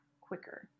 quicker